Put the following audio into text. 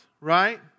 right